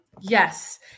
Yes